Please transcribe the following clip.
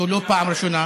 זו לא פעם ראשונה,